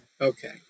okay